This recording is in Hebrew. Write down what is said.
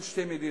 של שתי מדינות.